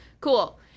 cool